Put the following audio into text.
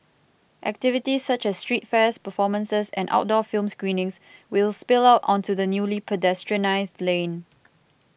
activities such as street fairs performances and outdoor film screenings will spill out onto the newly pedestrianised lane